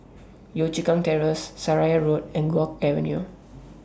Yio Chu Kang Terrace Seraya Road and Guok Avenue